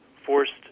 forced